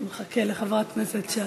נחכה לחברת הכנסת שטה.